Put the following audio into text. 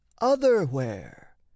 otherwhere